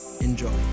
Enjoy